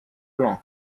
plomb